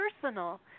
personal